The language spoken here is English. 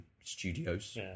Studios